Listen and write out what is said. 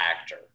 actor